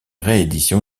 réédition